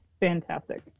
fantastic